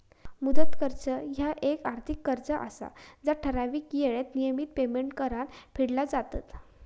मुदत कर्ज ह्या येक आर्थिक कर्ज असा जा ठराविक येळेत नियमित पेमेंट्स करान फेडली जातत